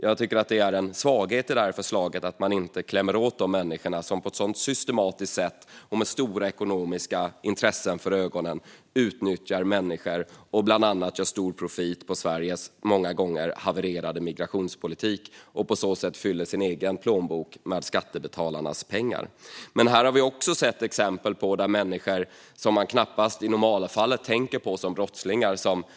Jag tycker att det är en svaghet i förslaget att man inte vill klämma åt de människor som på ett så systematiskt sätt och med stora ekonomiska intressen för ögonen utnyttjar människor, gör stor profit på Sveriges många gånger havererade migrationspolitik och på så sätt fyller sina egna plånböcker med skattebetalarnas pengar. Men vi har också sett exempel på att människor som man i normalfallet knappast tänker på som brottslingar har dömts för brott.